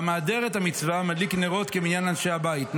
והמהדר את המצווה מדליק נרות כמניין אנשי הבית,